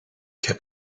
heb